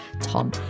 Tom